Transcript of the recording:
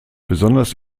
besonders